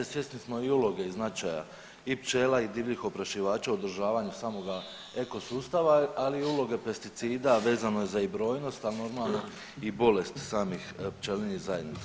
Svjesni smo i uloge i značaja i pčela i divljih oprašivača u održavanju samoga ekosustava, ali i uloge pesticida vezano i za brojnost, a normalno i bolest samih pčelinjih zajednica.